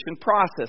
process